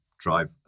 drive